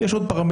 יש עוד פרמטרים.